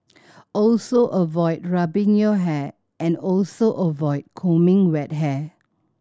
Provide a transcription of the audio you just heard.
also avoid rubbing your hair and also avoid combing wet hair